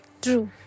True